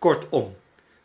kortom